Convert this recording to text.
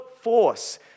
force